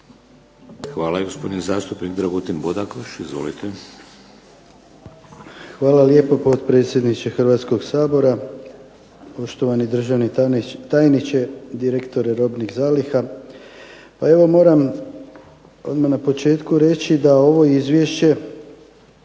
Hvala. I gospodin zastupnik Dragutin Bodakoš. Izvolite. **Bodakoš, Dragutin (SDP)** Hvala lijepo. Potpredsjedniče Hrvatskoga sabora, poštovani državni tajniče, direktore robnih zaliha. Pa evo, moram odmah na početku reći da ovo izvješće